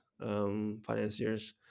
financiers